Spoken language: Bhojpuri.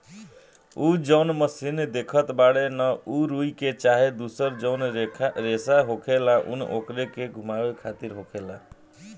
उ जौन मशीन देखत बाड़े न उ रुई के चाहे दुसर जौन रेसा होखेला न ओकरे के घुमावे खातिर होखेला